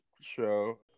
show